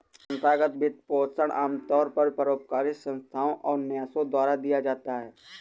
संस्थागत वित्तपोषण आमतौर पर परोपकारी संस्थाओ और न्यासों द्वारा दिया जाता है